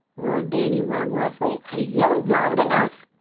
roared danny rugg roughly. i yelled loud enough.